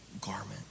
garment